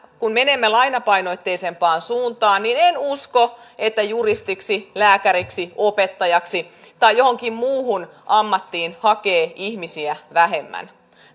kun menemme lainapainotteisempaan suuntaan niin en usko että juristiksi lääkäriksi opettajaksi tai johonkin muuhun ammattiin hakee ihmisiä vähemmän